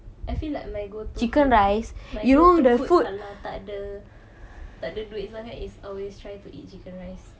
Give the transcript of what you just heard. I feel like if I go to food if I go to food kalau tak ada tak ada duit sangat is always try to eat chicken rice